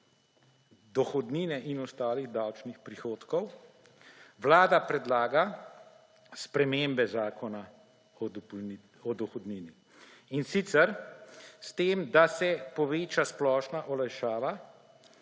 dohodnine in ostalih davčnih prihodkov, Vlada predlaga spremembe Zakona o dohodnini. In sicer s tem, da se poveča splošna olajšava